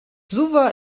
suva